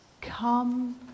come